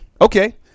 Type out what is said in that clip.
Okay